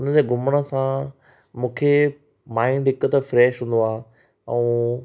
हुननि जे घुमण सां मूंखे माइंड हिकु त फ्रेश हूंदो आहे ऐं